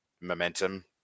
momentum